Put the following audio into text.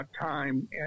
time